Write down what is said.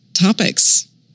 topics